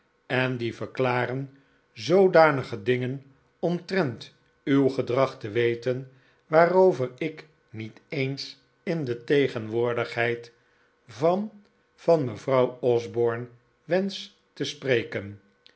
en die verklaren zoodanige dingen omtrent uw gedrag te weten waarover ik niet eens in de tegenwoordigheid van van mevrouw osborne wensch te spreken